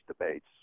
debates